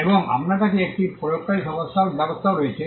এবং আপনার কাছে একটি প্রয়োগকারী ব্যবস্থাও রয়েছে